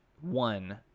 one